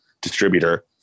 distributor